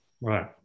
right